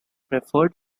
preferred